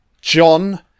John